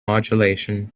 modulation